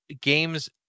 games